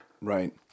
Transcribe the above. Right